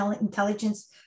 Intelligence